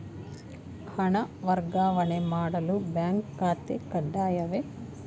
ಹಣ ವರ್ಗಾವಣೆ ಮಾಡಲು ಬ್ಯಾಂಕ್ ಖಾತೆ ಕಡ್ಡಾಯವೇ?